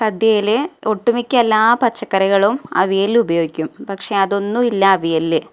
സദ്യയിലെ ഒട്ടുമിക്ക എല്ലാ പച്ചക്കറികളും അവിയലിൽ ഉപയോഗിക്കും പക്ഷെ അതൊന്നും ഇല്ല അവിയലിൽ